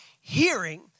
hearing